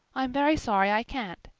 i am very sorry i can't,